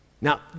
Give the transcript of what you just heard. Now